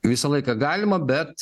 visą laiką galima bet